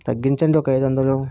తగ్గించండి ఒక ఐదు వందలు